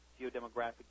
geodemographic